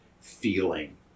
feeling